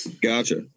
Gotcha